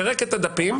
פירק את הדפים,